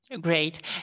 Great